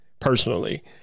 personally